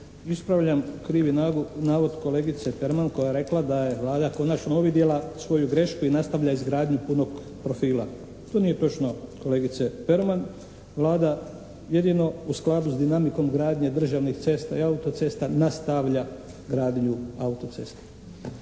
Ispravljam krivi navod kolegice Perman koja je rekla da je Vlada konačno uvidjela svoju grešku i nastavlja izgradnju punog profila. To nije točno kolegice Perman. Vlada jedino u skladu s dinamikom gradnje državnih cesta i auto-cesta nastavlja gradnju auto-ceste.